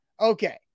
Okay